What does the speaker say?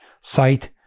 site